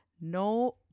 No